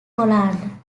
poland